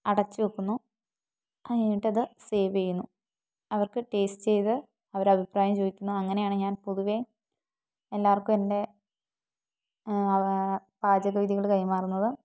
അടച്ചു വയ്ക്കുന്നു അതുകഴിഞ്ഞിട്ടത് സേവ് ചെയ്യുന്നു അവർക്ക് ടേസ്റ്റ് ചെയ്ത് അവരഭിപ്രായം ചോദിക്കുന്നു അങ്ങനെയാണ് ഞാൻ പൊതുവെ എല്ലാവർക്കും എൻ്റെ പാചകവിധികൾ കൈമാറുന്നത്